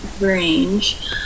range